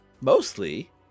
mostly